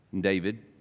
David